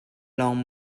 lawng